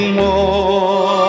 more